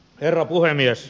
herra puhemies